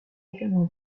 également